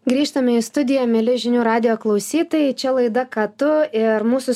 grįžtame į studiją mieli žinių radijo klausytojai čia laida ką tu ir mūsų